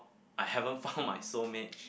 I haven't found my soul mate